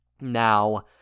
now